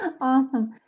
Awesome